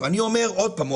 אני אומר עוד פעם,